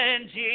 Jesus